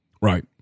Right